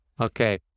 Okay